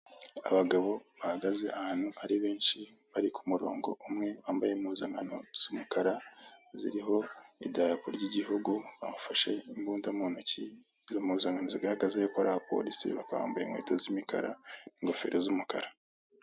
Abagabo bahagaze ahantu Ari benshi bari kumurongo umwe wambaye impuzankano z'umukara ziriho idarapo ry'igihugu bafashe imbunda muntoki. Izo mpuzankano zigaragaza yuko ari aba polisi bakaba bambaye inkweto zimikara ingofero z'umukara.